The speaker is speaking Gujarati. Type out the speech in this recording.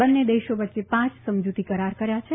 બંને દેશો વચ્ચે પાંચ સમજુતી કરાર કર્યા છે